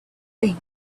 thing